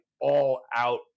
all-out